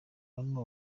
hano